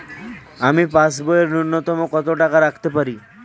আমি পাসবইয়ে ন্যূনতম কত টাকা রাখতে পারি?